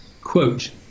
quote